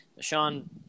Sean